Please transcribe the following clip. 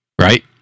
right